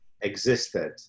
existed